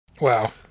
Wow